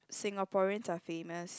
Singaporeans are famous